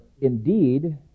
indeed